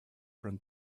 from